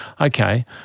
okay